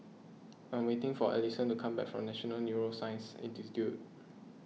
I am waiting for Alyson to come back from National Neuroscience Institute